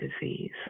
disease